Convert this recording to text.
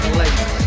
late